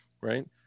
right